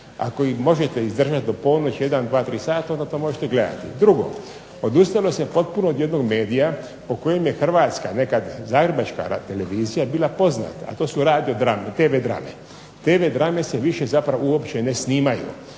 ako ih možete izdržati do ponoći, 1, 2, 3 sata onda to možete gledati. Drugo, odustalo potpuno od jednog medija o kojem je Hrvatska, nekad Zagrebačka radiotelevizija bila poznata, a to su radio drame, TV drame. TV drame se više zapravo uopće ne snimaju.